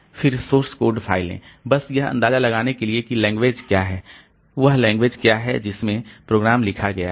फिर source code फाइलें बस यह अंदाजा लगाने के लिए कि लैंग्वेज क्या है वह लैंग्वेज क्या है जिसमें प्रोग्राम लिखा गया है